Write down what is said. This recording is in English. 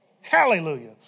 Hallelujah